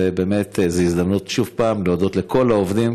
ובאמת זו הזדמנות שוב להודות לכל העובדים